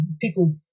people